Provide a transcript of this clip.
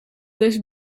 deze